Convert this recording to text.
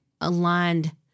aligned